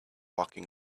walking